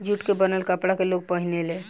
jute के बनल कपड़ा के लोग पहिने ले